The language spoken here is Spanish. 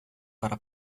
para